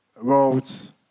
roads